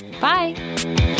Bye